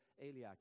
Eliakim